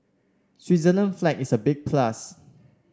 Switzerland flag is a big plus